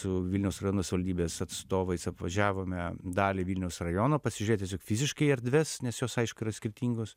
su vilniaus rajono savivaldybės atstovais apvažiavome dalį vilniaus rajono pasižiūrėti tiesiog fiziškai erdves nes jos aišku yra skirtingos